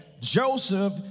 Joseph